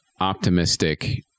optimistic